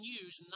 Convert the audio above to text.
use